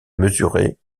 mesuré